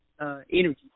energy